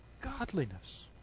Godliness